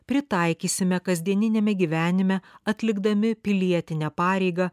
pritaikysime kasdieniniame gyvenime atlikdami pilietinę pareigą